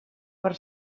per